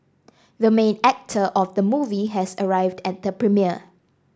the main actor of the movie has arrived at the premiere